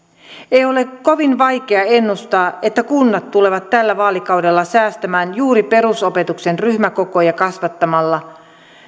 ei ole kovin vaikea ennustaa että kunnat tulevat tällä vaalikaudella säästämään juuri perusopetuksen ryhmäkokoja kasvattamalla